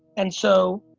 and so,